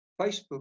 Facebook